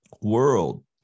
world